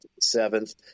seventh